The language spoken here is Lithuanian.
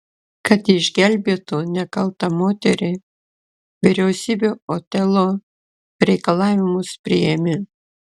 kad išgelbėtų nekaltą moterį vyriausybė otelo reikalavimus priėmė